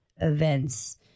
events